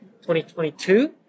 2022